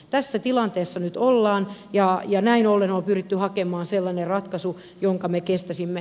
tässä tilanteessa nyt ollaan ja näin ollen on pyritty hakemaan sellainen ratkaisu jonka me kestäisimme